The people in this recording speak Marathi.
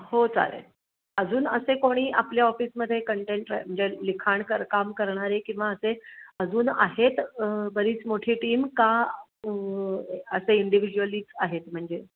हो चालेल अजून असे कोणी आपल्या ऑफिसमध्ये कंटेंट रा म्हणजे लिखाण कर काम करणारे किंवा असे अजून आहेत बरीच मोठी टीम का असे इंडिविज्युअलीच आहेत म्हणजे